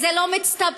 זה לא מצטבר.